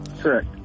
Correct